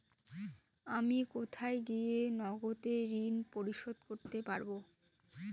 আমি কোথায় গিয়ে নগদে ঋন পরিশোধ করতে পারবো?